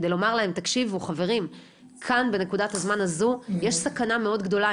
כדי לומר להם תקשיבו חברים כאן בנקודת הזמן הזו יש סכנה גדולה מאוד,